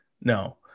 no